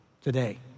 today